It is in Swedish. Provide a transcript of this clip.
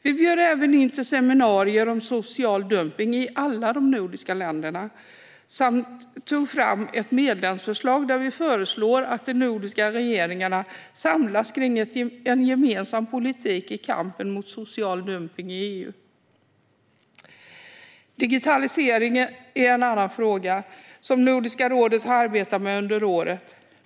Vi bjöd även in till seminarier om social dumpning i alla de nordiska länderna samt tog fram ett medlemsförslag där vi föreslår att de nordiska regeringarna samlas kring en gemensam politik i kampen mot social dumpning i EU. Digitalisering är en annan fråga som Nordiska rådet har arbetat med under året.